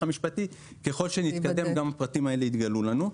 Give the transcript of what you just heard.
המשפטי ככל שנתקדם גם הפרטים האלה יתגלו לנו.